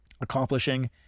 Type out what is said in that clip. accomplishing